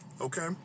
Okay